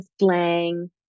slang